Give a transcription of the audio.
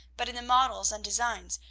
but in the models and designs,